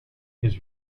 his